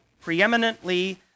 preeminently